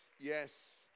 yes